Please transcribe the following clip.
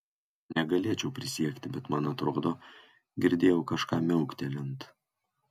negalėčiau prisiekti bet man atrodo girdėjau kažką miauktelint